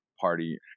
party